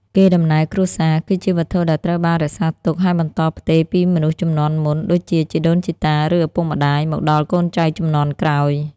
កេរដំណែលគ្រួសារ គឺជាវត្ថុដែលត្រូវបានរក្សាទុក ហើយបន្តផ្ទេរពីមនុស្សជំនាន់មុន ដូចជាជីដូនជីតា ឬឪពុកម្ដាយ មកដល់កូនចៅជំនាន់ក្រោយ។